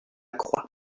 croix